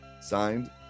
Signed